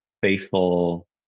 faithful